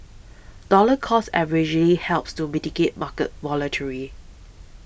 dollar cost averaging helps to mitigate market